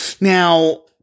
Now